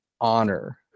honor